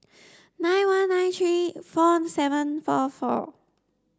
nine one nine three four seven four four